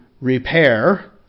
repair